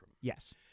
Yes